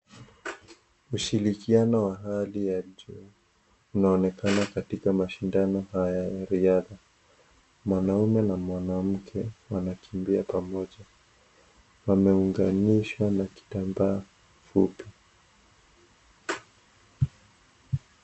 Ushirikiano wa hali ya juu unaonekana katika mashindano haya ya riadha. Mwanaume na mwanamke wanakimbia pamoja , wameunganishwa na kitamba fupi.